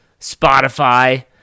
spotify